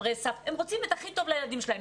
הם רוצים את הטוב ביותר עבור הילדים שלהם.